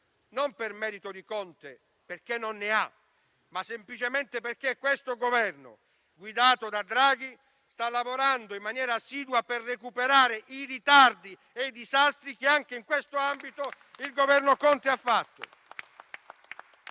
non è per merito di Conte, che non ha meriti, ma semplicemente perché l'attuale Governo, guidato da Draghi, sta lavorando in maniera assidua per recuperare i ritardi e i disastri che anche in questo ambito il Governo Conte ha fatto.